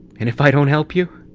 and if i don't help you?